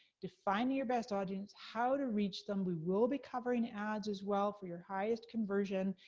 define your best audience, how to reach them, we will be covering ads as well, for your highest conversion.